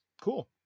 cool